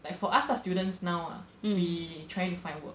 like for us students now ah we trying to find work